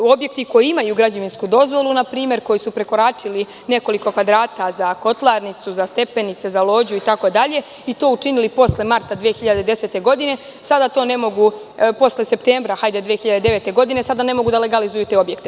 Objekti koji imaju građevinsku dozvolu, a koji su npr. prekoračili nekoliko kvadrata za kotlarnicu, za stepenice, za lođu itd, i to učinili posle marta 2010. godine ili septembra 2009. godine, sada ne mogu da legalizuju te objekte.